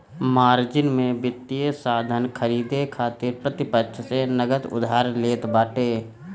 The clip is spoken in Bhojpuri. मार्जिन में वित्तीय साधन खरीदे खातिर प्रतिपक्ष से नगद उधार लेत बाटे